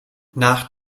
nach